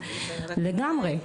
לגמרי.